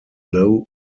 low